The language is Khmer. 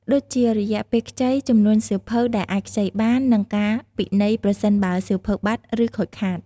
ដូចជា រយៈពេលខ្ចី ចំនួនសៀវភៅដែលអាចខ្ចីបាន និងការពិន័យប្រសិនបើសៀវភៅបាត់ ឬខូចខាត។